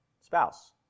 spouse